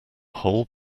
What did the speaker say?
whole